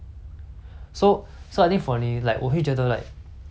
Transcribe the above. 不是说你没有 improve 很多很多但是